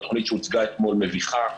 התוכנית שהוצגה אתמול מביכה.